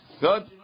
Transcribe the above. Good